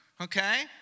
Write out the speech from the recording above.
okay